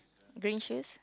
green shoes